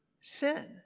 sin